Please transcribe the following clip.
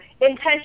intention